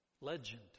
legend